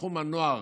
בתחום הנוער